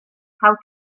how